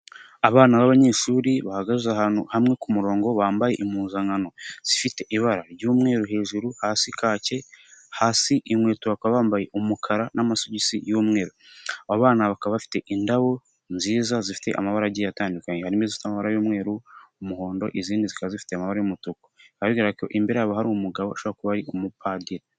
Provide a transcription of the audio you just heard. Abana b'abanyeshuri bahagaze ahantu hamwe kumurongo bambaye impuzankano zifite ibara ry'umweru hejuru, hasi kake, hasi inkweto, bakaba bambaye umukara n'amasogisi y'umweru, aba bana bakaba bafite indabo nziza zifite amabara agiye atandukanye harimo izifite amabara y'umweru, umuhondo izindi zikaba zifite amabara y'umutuku, imbere yabo hari umugabo ushobora kuba ari umupadiri.